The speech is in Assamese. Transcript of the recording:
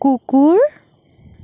কুকুৰ